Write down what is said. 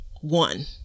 one